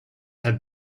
have